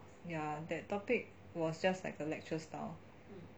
yeah that topic was just like a lecture style